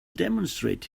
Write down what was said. demonstrate